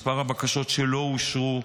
מספר הבקשות שלא אושרו,